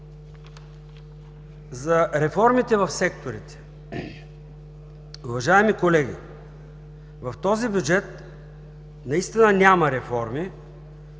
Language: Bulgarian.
За реформите в секторите. Уважаеми колеги, в този бюджет наистина няма реформи,